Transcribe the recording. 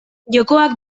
jokoak